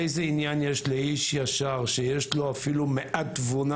איזה עניין יש לאיש ישר שיש לו אפילו מעט תבונה